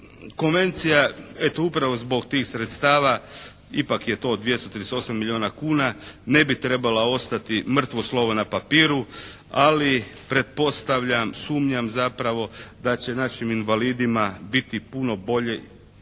Konvencija eto, upravo zbog tih sredstava, ipak je to 238 milijuna kuna ne bi trebala ostati mrtvo slovo na papiru. Ali pretpostavljam, sumnjam zapravo da će našim invalidima biti puno bolje i sa tim